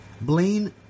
Blaine